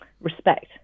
respect